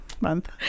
Month